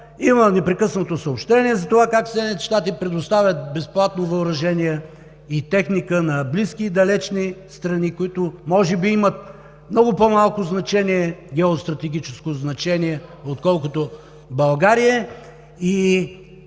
Има непрекъснато съобщения за това как Съединените щати предоставят безплатно въоръжение и техника на близки и далечни страни, които може би имат много по-малко геостратегическо значение, отколкото България.